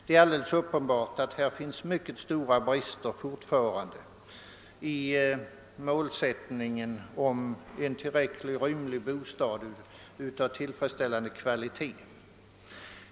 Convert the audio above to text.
Det är alldeles uppenbart att det fortfarande råder mycket stora brister innan vi nått målsätt ningen: tillräckligt rymliga bostäder av tillfredsställande kvalitet.